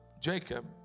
Jacob